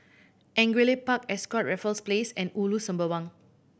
Angullia Park Ascott Raffles Place and Ulu Sembawang